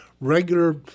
regular